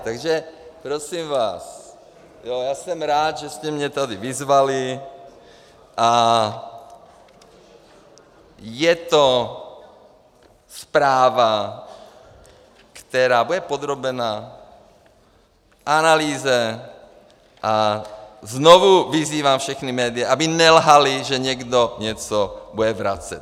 Takže prosím vás, já jsem rád, že jste mě tady vyzvali, a je to zpráva, která bude podrobena analýze, a znovu vyzývám všechna média, aby nelhala, že někdo něco bude vracet.